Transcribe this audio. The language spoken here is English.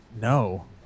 No